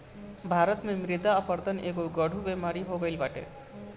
भारत में मृदा अपरदन एगो गढ़ु बेमारी हो गईल बाटे